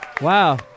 Wow